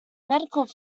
medical